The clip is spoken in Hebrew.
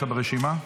אתה ברשימה.